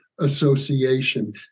Association